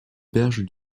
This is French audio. berges